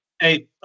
Hey